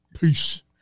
Peace